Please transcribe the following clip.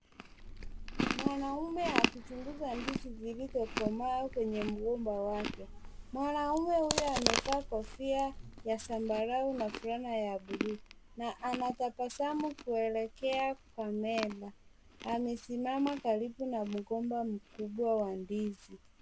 Mwanaume akichunguza ndizi zilizokomaa kwenye mgomba wake. Mwanaume huyu amevaa kofia ya zambarau na fulana ya bluu na anatabasamu kuelekea kamera. Amesimama karibu na mgomba mkubwa wa ndizi.